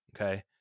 Okay